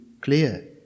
clear